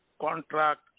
contract